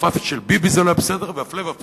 ובתקופה של ביבי זה לא היה בסדר, והפלא ופלא,